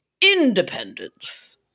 independence